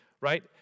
Right